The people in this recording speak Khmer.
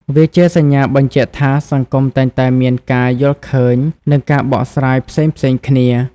វាជាសញ្ញាបញ្ជាក់ថាសង្គមតែងតែមានការយល់ឃើញនិងការបកស្រាយផ្សេងៗគ្នា។